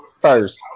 first